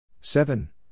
seven